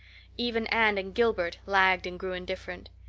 even anne and gilbert lagged and grew indifferent.